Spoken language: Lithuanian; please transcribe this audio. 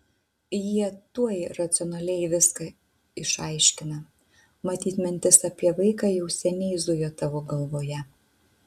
jie tuoj racionaliai viską išaiškina matyt mintis apie vaiką jau seniai zujo tavo galvoje